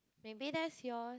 maybe that's your